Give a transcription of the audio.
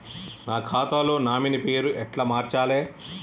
నా ఖాతా లో నామినీ పేరు ఎట్ల మార్చాలే?